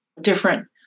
different